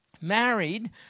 married